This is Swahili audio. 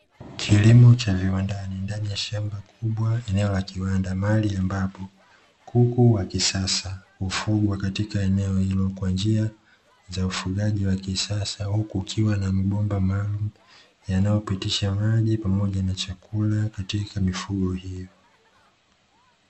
Kilimo cha viwandani ndani ya shamba kubwa eneo la kiwanda mahali ambapo kuku wa kisasa hufugwa katika eneo hilo kwa njia za ufugaji wa kisasa. Huku ukiwa na mibomba maalumu yanayopitisha maji pamoja na chakula katika mifugo hiyo.